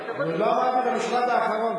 אני עוד לא אמרתי את המשפט האחרון,